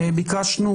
ביקשנו,